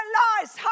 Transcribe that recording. lies